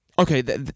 Okay